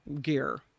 gear